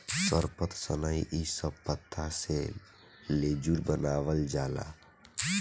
सरपत, सनई इ सब पत्ता से लेजुर बनावाल जाला